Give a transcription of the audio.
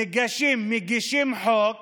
מגישים חוק